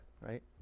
right